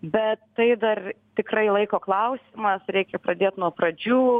bet tai dar tikrai laiko klausimas reikia pradėt nuo pradžių